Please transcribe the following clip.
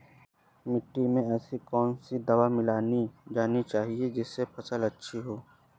मिट्टी में ऐसी कौन सी दवा मिलाई जानी चाहिए जिससे फसल अच्छी हो?